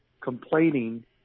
complaining